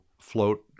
float